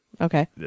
okay